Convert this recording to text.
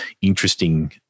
interesting